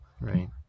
right